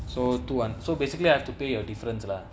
so two and so basically I have to pay your difference lah